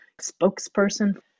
spokesperson